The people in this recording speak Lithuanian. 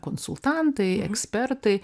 konsultantai ekspertai